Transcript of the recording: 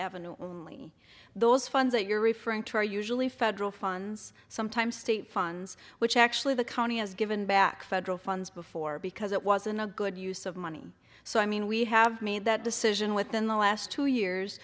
avenue only those funds that you're referring to are usually federal funds sometimes state funds which actually the county has given back federal funds before because it wasn't a good use of money so i mean we have made that decision within the last two years